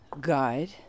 guide